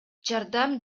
жардам